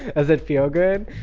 does it feel good?